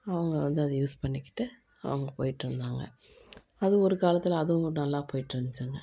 அவங்க வந்து அதை யூஸ் பண்ணிக்கிட்டு அவங்க போய்ட்ருந்தாங்க அது ஒரு காலத்தில் அதுவும் நல்லா போய்ட்ருந்துச்சுங்க